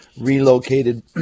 relocated